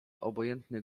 obojętny